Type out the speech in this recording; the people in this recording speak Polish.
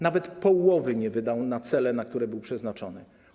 Nawet połowy nie wydano na cele, na które był przeznaczony.